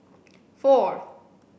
four